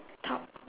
top